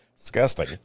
disgusting